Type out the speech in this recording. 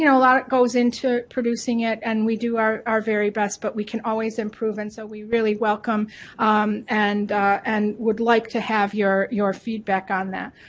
you know a lot goes into producing it and we do our our very best, but we can always improve and so we really welcome and and would like to have your your feedback on that.